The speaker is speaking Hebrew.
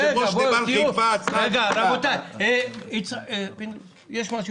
לפני שנקבל